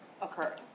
occurred